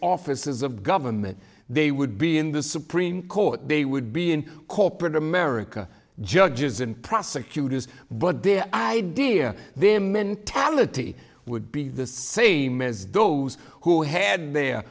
offices of government they would be in the supreme court they would be in corporate america judges and prosecutors but their idea them mentality would be the same as those who had the